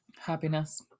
happiness